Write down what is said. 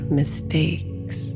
mistakes